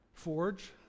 forge